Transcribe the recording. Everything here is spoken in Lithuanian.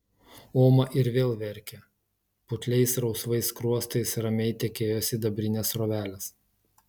oma ir vėl verkė putliais rausvais skruostais ramiai tekėjo sidabrinės srovelės